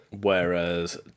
Whereas